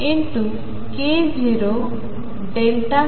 आपण ω हे k0dωdkk0 Δk